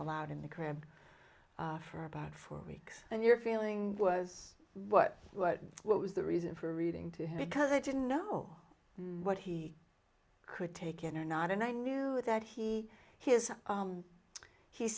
aloud in the crib for about four weeks and your feeling was what what what was the reason for reading to him because i didn't know what he could take in or not and i knew that he has